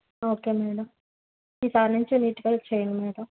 okay madam ఈసారి నుంచి నీట్గా చెయ్యండి మేడం